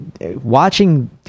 Watching